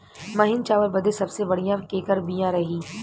महीन चावल बदे सबसे बढ़िया केकर बिया रही?